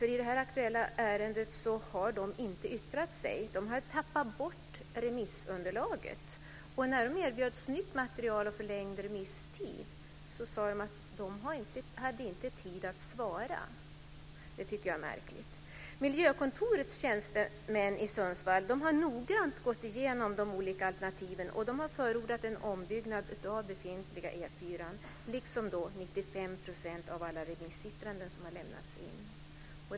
I det här aktuella ärendet har de inte yttrat sig. De har tappat bort remissunderlaget, och när de erbjöds nytt material och förlängd remisstid sade de att de inte hade tid att svara. Jag tycker att det är märkligt. Miljökontorets tjänstemän i Sundsvall har noggrant gått igenom de olika alternativen, och de har förordat en ombyggnad av befintlig E 4, liksom förordas i 95 % av alla remissyttranden som har lämnats in.